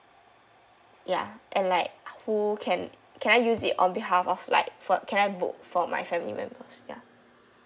ya and like who can can I use it on behalf of like for can I book for my family members ya